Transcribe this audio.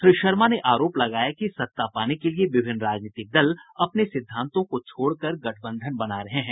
श्री शर्मा ने आरोप लगाया कि सत्ता पाने के लिये विभिन्न राजनीतिक दल अपने सिद्धांतों को छोड़कर गठबंधन बना रहे हैं